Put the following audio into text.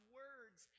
words